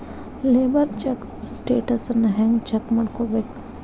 Labour check ಸ್ಟೆಟಸನ್ನ ಹೆಂಗ್ check ಮಾಡ್ಕೊಬೇಕ್?